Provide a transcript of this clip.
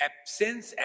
Absence